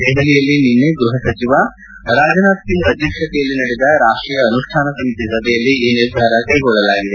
ದೆಹಲಿಯಲ್ಲಿ ನಿನ್ನೆ ಗೃಹ ಸಚಿವ ರಾಜನಾಥ್ ಸಿಂಗ್ ಅಧ್ಯಕ್ಷತೆಯಲ್ಲಿ ನಡೆದ ರಾಷ್ಷೀಯ ಅನುಷ್ಠಾನ ಸಮಿತಿ ಸಭೆಯಲ್ಲಿ ಈ ನಿರ್ಧಾರ ಕ್ಲೆಗೊಳ್ಳಲಾಗಿದೆ